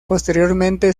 posteriormente